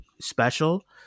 special